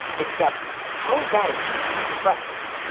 except how is that a teacher's preference?